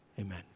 Amen